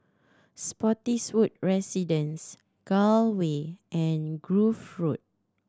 Spottiswoode Residence Gul Way and Grove Road